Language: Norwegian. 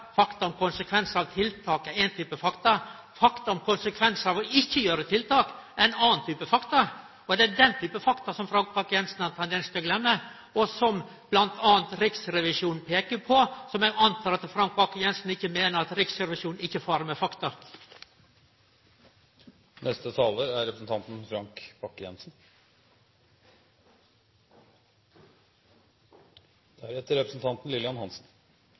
fakta om konsekvensar av tiltak er éin type fakta, og fakta om konsekvensar av ikkje å gjere tiltak er ein annan type fakta, og det er den typen fakta som Frank Bakke-Jensen har ein tendens til å gløyme, og som bl.a. Riksrevisjonen peiker på. Eg går ut frå at Frank Bakke-Jensen ikkje meiner at Riksrevisjonen ikkje fer med fakta. I Vett og Uvett sier man at det er